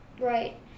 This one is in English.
Right